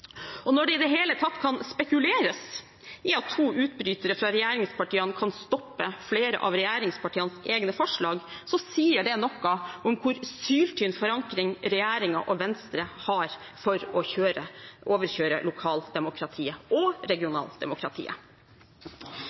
tvangssammenslåinger. Når det i de hele tatt kan spekuleres i at to utbrytere fra regjeringspartiene kan stoppe flere av regjeringspartienes egne forslag, sier det noe om hvor syltynn forankring regjeringen og Venstre har for å overkjøre lokaldemokratiet og